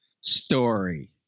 story